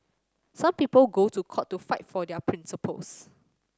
some people go to court to fight for their principles